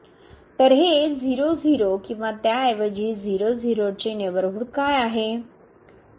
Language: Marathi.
तर हे 0 0 किंवा त्याऐवजी 0 0 चे नेबरहूड काय आहे